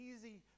easy